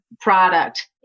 product